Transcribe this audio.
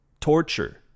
Torture